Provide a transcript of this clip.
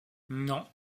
non